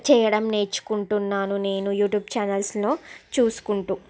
చెయ్యాడం నేర్చుకుంటున్నాను నేను యూట్యూబ్ ఛానల్స్లో చూసుకుంటూ